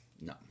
no